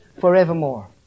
forevermore